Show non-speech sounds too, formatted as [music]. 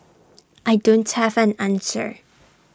[noise] I don't have an answer [noise]